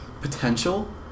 potential